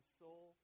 soul